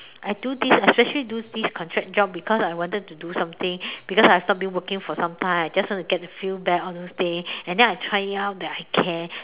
I do this I especially do this contract job because I wanted to do something because I stop being working for sometime I just want to get to feel back all those days and then I try it out that I care